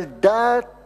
על דעת